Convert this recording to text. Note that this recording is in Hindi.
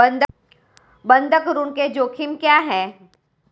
बंधक ऋण के जोखिम क्या हैं?